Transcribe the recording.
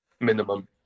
Minimum